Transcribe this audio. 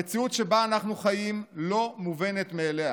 המציאות שבה אנחנו חיים לא מובנת מאליה.